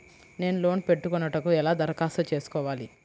నేను లోన్ పెట్టుకొనుటకు ఎలా దరఖాస్తు చేసుకోవాలి?